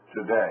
today